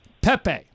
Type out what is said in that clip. Pepe